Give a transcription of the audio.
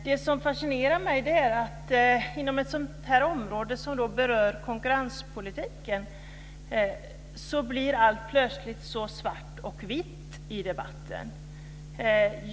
Det som fascinerar mig är att inom ett sådant här område, som berör konkurrenspolitiken, blir allt plötsligt så svart och vitt i debatten.